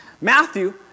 Matthew